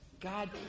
God